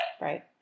Right